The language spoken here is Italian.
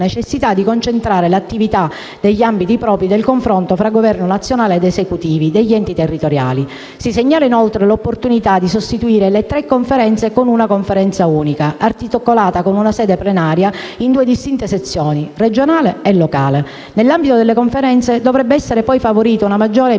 necessità di concentrare l'attività sugli ambiti propri del confronto fra Governo nazionale ed esecutivi degli enti territoriali. Si segnala inoltre l'opportunità di sostituire le tre Conferenze con una Conferenza unica, articolata in una sede plenaria e in due distinte sezioni (regionale e locale). Nell'ambito delle Conferenze, dovrebbe essere poi favorita una maggiore bilateralità,